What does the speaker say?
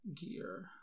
gear